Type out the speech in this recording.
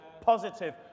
positive